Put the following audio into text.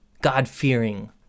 God-fearing